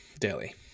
daily